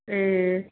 ए